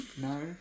No